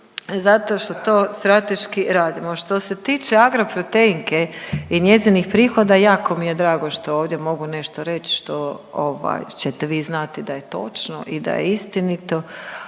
zato što to strateški radimo. Što se tiče Agroproteinke i njezinih prihoda, jako mi je drago što ovdje mogu nešto reć što ćete vi znati da je točno i da je istinito,